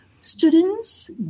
students